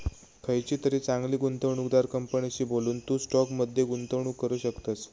खयचीतरी चांगली गुंवणूकदार कंपनीशी बोलून, तू स्टॉक मध्ये गुंतवणूक करू शकतस